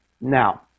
Now